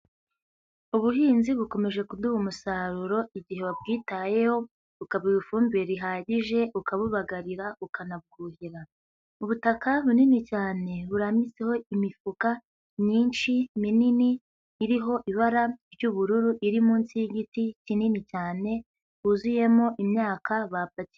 Ubuhinzi bukomeje kuduha umusaruro igihe wabwitayeho ukabuha ifumbire rihagije ukabubagarira ukanabwuhira, ubutaka bunini cyane burambitseho imifuka myinshi minini iriho ibara ry'ubururu iri munsi y'igiti kinini cyane huzuyemo imyaka bapakiye.